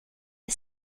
the